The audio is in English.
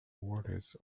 waters